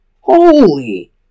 Holy